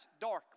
darkly